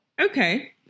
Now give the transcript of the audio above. Okay